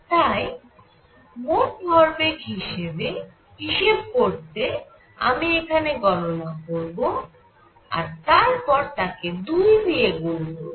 তাই মোট ভরবেগ হিসেব করতে আমি এখানে গণনা করব আর তারপর তাকে 2 দিয়ে গুন করব